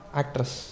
actress